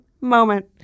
moment